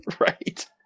Right